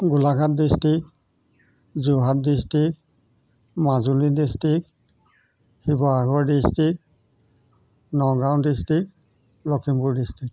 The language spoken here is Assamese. Golaghat district Jorhat district Majuli district Sivasagar district Nagaon district Lakhimpur district